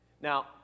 Now